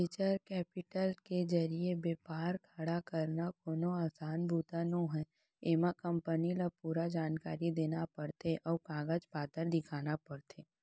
venture capital के जरिए बेपार खड़ा करना कोनो असान बूता नोहय एमा कंपनी ल पूरा जानकारी देना परथे अउ कागज पतर दिखाना परथे